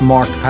Mark